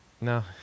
No